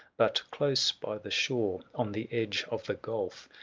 but close by the shore, on the edge of the gulf,